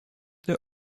their